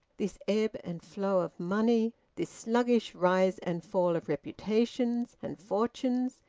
this ebb and flow of money, this sluggish rise and fall of reputations and fortunes,